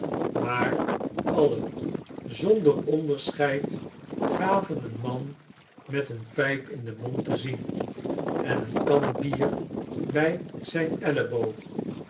maar alle zonder onderscheid gaven een man met eene pijp in den mond te zien ea eene kan bier bij zijn el'leboog